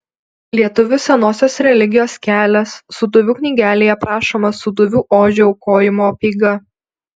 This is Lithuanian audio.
lietuvių senosios religijos kelias sūduvių knygelėje aprašoma sūduvių ožio aukojimo apeiga